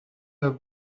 have